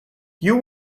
you